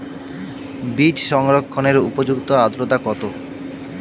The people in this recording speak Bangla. বীজ সংরক্ষণের উপযুক্ত আদ্রতা কত?